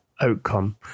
outcome